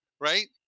right